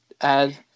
add